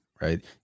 right